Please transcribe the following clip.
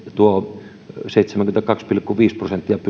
tuo seitsemänkymmentäkaksi prosenttia on